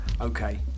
Okay